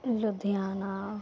Ludhiana